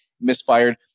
misfired